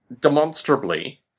demonstrably